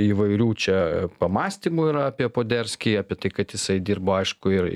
įvairių čia pamąstymų yra apie poderskį apie tai kad jisai dirbo aišku ir